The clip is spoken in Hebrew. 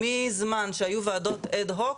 מזמן שהיו ועדות אד-הוק.